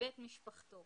בבית משפחתו